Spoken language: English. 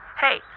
hey